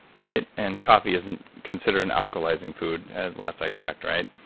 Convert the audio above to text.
right, and coffee isn't considered an alkalizing food last i checked, right?